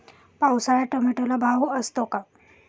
पावसाळ्यात टोमॅटोला भाव असतो का?